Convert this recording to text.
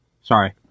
Sorry